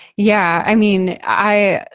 yeah, i mean, i.